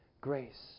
grace